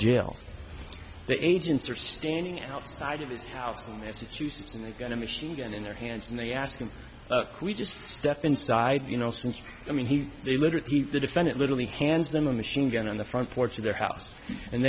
jail the agents are standing outside of his house as it used to and they've got a machine gun in their hands and they ask and we just step inside you know since i mean he they literally he the defendant literally hands them a machine gun on the front porch of their house and